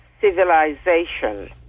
civilization